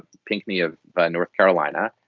pinckney of north carolina,